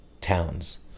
towns